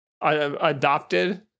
adopted